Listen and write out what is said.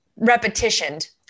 repetitioned